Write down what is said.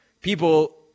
People